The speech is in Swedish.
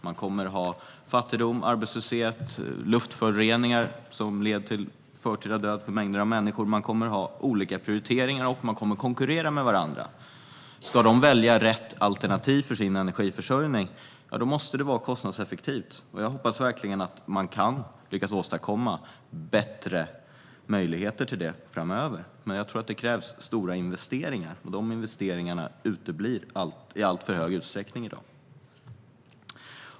Man kommer att ha fattigdom, arbetslöshet och luftföroreningar som leder till förtida död för mängder av människor, och man kommer att ha olika prioriteringar och konkurrera med varandra. Ska de välja rätt alternativ för sin energiförsörjning måste det vara kostnadseffektivt. Jag hoppas verkligen att man kan lyckas åstadkomma bättre möjligheter till det framöver, men jag tror att det krävs stora investeringar, och de investeringarna uteblir i alltför stor utsträckning i dag. Fru talman!